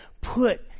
put